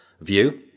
view